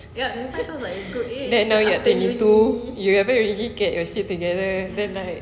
then now you're twenty two you haven't really get your shit together then like